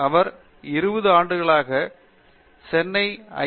அவர் 20 ஆண்டுகளாக சென்னை ஐ